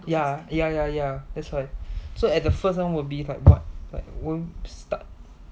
oh ya ya ya that's why so at the first one will be like what won't start